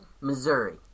Missouri